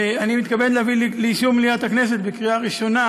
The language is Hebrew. אני מכבד להביא לאישור מליאת הכנסת בקריאה ראשונה